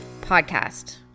podcast